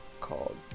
called